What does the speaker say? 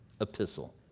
epistle